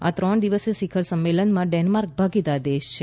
આ ત્રણ દિવસીય શિખર સંમેલનમાં ડેન્માર્ક ભાગીદાર દેશ છે